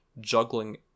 juggling